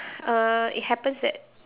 uh it happens that